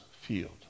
field